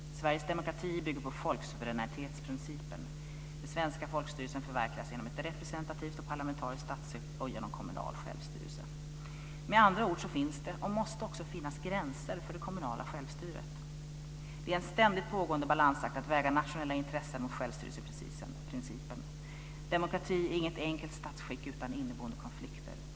Sveriges demokrati bygger på folksuveränitetsprincipen. Den svenska folkstyrelsen förverkligas genom ett representativt och parlamentariskt statsskick och genom kommunal självstyrelse. Med andra ord så finns det, och måste också finnas, gränser för det kommunala självstyret. Det är en ständigt pågående balansakt att väga nationella intressen mot självstyrelseprincipen. Demokrati är inget enkelt statsskick utan inneboende konflikter.